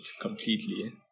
completely